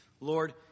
Lord